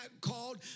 called